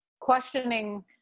questioning